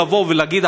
להגיד,